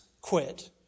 quit